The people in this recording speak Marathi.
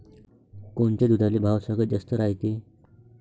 कोनच्या दुधाले भाव सगळ्यात जास्त रायते?